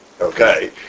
okay